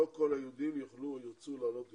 לא כל היהודים יוכלו או ירצו לעלות ישראל,